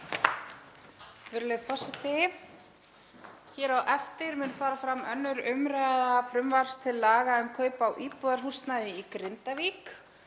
Virðulegi forseti. Hér á eftir mun fara fram 2. umræða frumvarps til laga um kaup á íbúðarhúsnæði í Grindavík